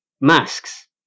masks